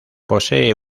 posee